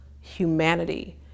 humanity